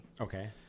okay